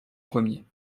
premier